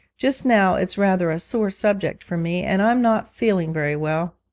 just now it's rather a sore subject for me and i'm not feeling very well